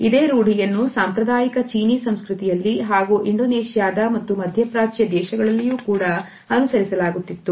ಇದೇ ರೂಢಿಯನ್ನು ಸಾಂಪ್ರದಾಯಿಕ ಚೀನೀ ಸಂಸ್ಕೃತಿಯಲ್ಲಿ ಹಾಗೂ ಇಂಡೋನೇಷ್ಯಾದ ಮತ್ತು ಮಧ್ಯಪ್ರಾಚ್ಯ ದೇಶಗಳಲ್ಲಿಯೂ ಕೂಡ ಅನುಸರಿಸಲಾಗುತ್ತಿತ್ತು